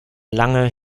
lange